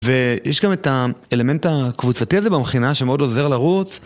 ויש גם את האלמנט הקבוצתי הזה במכינה שמאוד עוזר לרוץ.